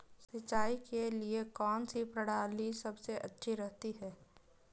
सिंचाई के लिए कौनसी प्रणाली सबसे अच्छी रहती है?